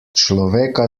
človeka